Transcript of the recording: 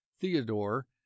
theodore